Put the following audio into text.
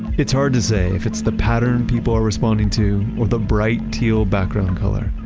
it's hard to say if it's the pattern people are responding to or the bright teal background color,